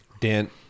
Dan